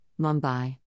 Mumbai